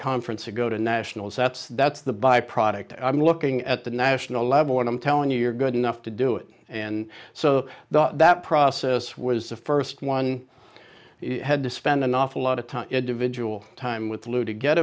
conference or go to nationals that's that's the byproduct i'm looking at the national level and i'm telling you you're good enough to do it and so the that process was the first one had to spend an awful lot of time individual time with lou to get